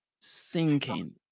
sinking